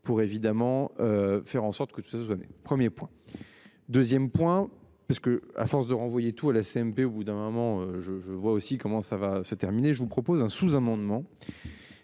pour, évidemment. Faire en sorte que tout ça se donner 1er point. 2ème point parce que à force de renvoyer tout à la CMP au bout d'un moment je je vois aussi comment ça va se terminer, je vous propose un sous-amendement.